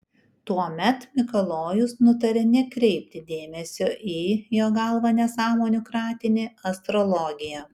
tuomet mikalojus nutarė nekreipti dėmesio į jo galva nesąmonių kratinį astrologiją